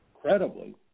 credibly